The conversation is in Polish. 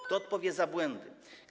Kto odpowie za błędy?